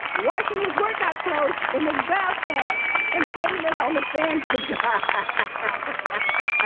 washing his workout clothes in the bathtub and putting it on the fan to dry. ah ah